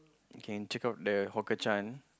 can check out the Hawker cen~